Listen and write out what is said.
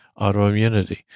autoimmunity